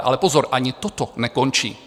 Ale pozor, ani toto nekončí.